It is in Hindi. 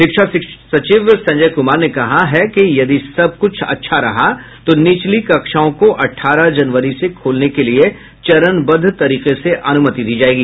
शिक्षा सचिव संजय कुमार ने कहा है कि यदि सब कुछ अच्छा रहा तो निचली कक्षाओं को अठारह जनवरी से खोलने के लिए चरणबद्द तरीके से अनुमति दी जाएगी